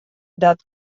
dat